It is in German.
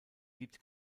gibt